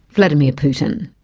vladimir putin.